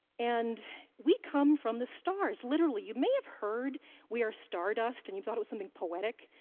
and we come from the stars, literally. you may have heard we are stardust, and you thought of something poetic,